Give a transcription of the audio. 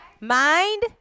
mind